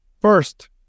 First